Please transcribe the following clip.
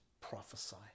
prophesy